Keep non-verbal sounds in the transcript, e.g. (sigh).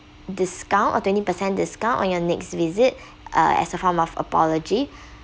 discount or twenty percent discount on your next visit uh as a form of apology (breath)